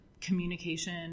communication